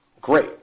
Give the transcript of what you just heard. Great